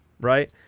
right